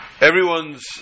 everyone's